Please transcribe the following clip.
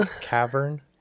cavern